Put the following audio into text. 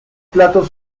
plato